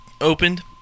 opened